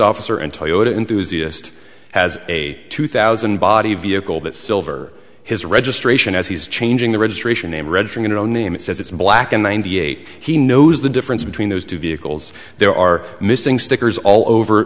officer and toyota enthusiastic has a two thousand body vehicle that silver his registration as he's changing the registration name read from your own name it says it's black and ninety eight he knows the difference between those two vehicles there are missing stickers all over